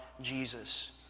Jesus